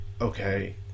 okay